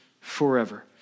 forever